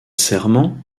serment